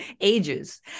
ages